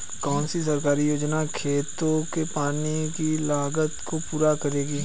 कौन सी सरकारी योजना खेतों के पानी की लागत को पूरा करेगी?